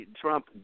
Trump